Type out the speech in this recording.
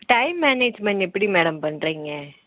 time management எப்படி madam பண்ணுறீங்க